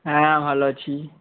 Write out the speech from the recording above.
হ্যাঁ ভালো আছি